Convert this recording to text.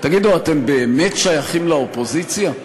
תגידו, אתם באמת שייכים לאופוזיציה?